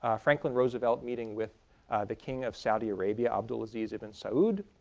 ah franklin roosevelt meeting with the king of saudi arabia abdul aziz ibn so said